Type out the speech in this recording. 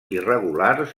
irregulars